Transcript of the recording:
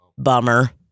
bummer